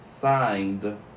Signed